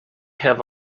have